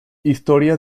historia